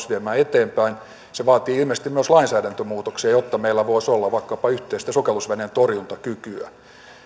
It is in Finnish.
viemään sitä eteenpäin se vaatii ilmeisesti myös lainsäädäntömuutoksia jotta meillä voisi olla vaikkapa yhteistä sukellusveneentorjuntakykyä